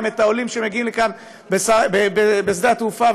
את העולים שמגיעים לכאן בשדה התעופה,